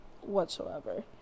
whatsoever